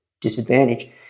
disadvantage